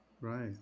Right